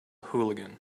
hooligan